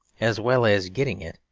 as well as getting it,